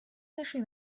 нашей